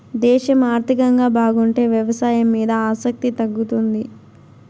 దేశం ఆర్థికంగా బాగుంటే వ్యవసాయం మీద ఆసక్తి తగ్గుతుంది